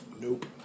Nope